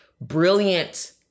brilliant